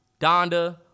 Donda